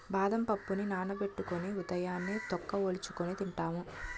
బాదం పప్పుని నానబెట్టుకొని ఉదయాన్నే తొక్క వలుచుకొని తింటాము